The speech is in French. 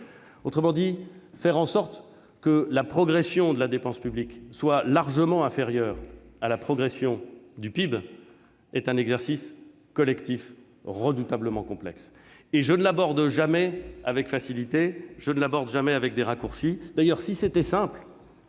Autrement dit, faire en sorte que la progression de la dépense publique soit largement inférieure à la progression du PIB est un exercice collectif redoutablement complexe. Je ne l'aborde jamais avec facilité ni en faisant des raccourcis.